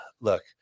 look